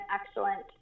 excellent